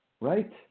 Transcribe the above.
right